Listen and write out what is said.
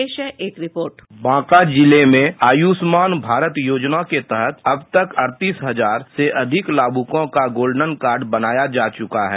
पेश है एक रिपोर्ट बांका जिले में आयुष्मान भारत योजना के तहत अब तक अड़तीस हजार से अधिक लाभुकों को गोल्डेन कार्ड बनाया जा चुका है